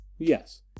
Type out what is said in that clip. Yes